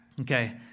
Okay